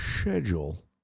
schedule